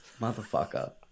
Motherfucker